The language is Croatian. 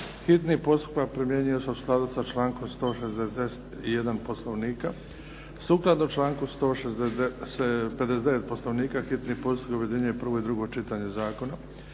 Hitni postupak primjenjuje se u skladu s člankom 161. Poslovnika. Sukladno članku 159. Poslovnika hitni postupak objedinjuje prvo i drugo čitanje zakona.